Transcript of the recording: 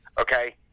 okay